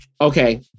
Okay